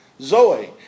Zoe